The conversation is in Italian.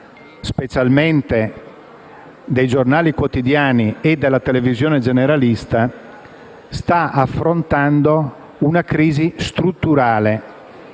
specialmente dei giornali quotidiani e della televisione generalista, sta affrontando una crisi strutturale,